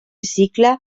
cicle